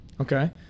Okay